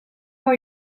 are